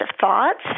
thoughts